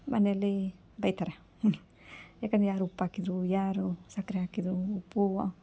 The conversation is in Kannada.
ಮನೆಯಲ್ಲಿ ಬೈತಾರೆ ಯಾಕಂದ್ರ್ ಯಾರು ಉಪ್ಪು ಹಾಕಿದ್ರು ಯಾರು ಸಕ್ಕರೆ ಹಾಕಿದ್ದರು ಉಪ್ಪು ವ